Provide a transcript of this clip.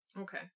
Okay